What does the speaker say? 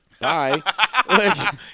Bye